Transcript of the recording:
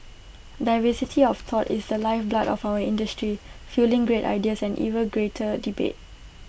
diversity of thought is the lifeblood of our industry fuelling great ideas and even greater debate